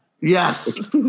Yes